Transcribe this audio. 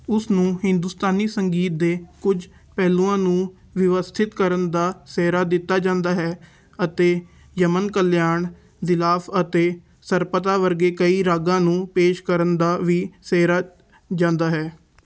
ਉਸ ਨੂੰ ਹਿੰਦੁਸਤਾਨੀ ਸੰਗੀਤ ਦੇ ਕੁਝ ਪਹਿਲੂਆਂ ਨੂੰ ਵਿਵਸਥਿਤ ਕਰਨ ਦਾ ਸਿਹਰਾ ਦਿੱਤਾ ਜਾਂਦਾ ਹੈ ਅਤੇ ਯਮਨ ਕਲਿਆਣ ਜ਼ਿਲਾਫ ਅਤੇ ਸਰਪਦਾ ਵਰਗੇ ਕਈ ਰਾਗਾਂ ਨੂੰ ਪੇਸ਼ ਕਰਨ ਦਾ ਵੀ ਸਿਹਰਾ ਜਾਂਦਾ ਹੈ